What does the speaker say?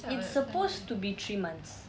it's supposed to be three months